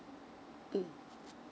mm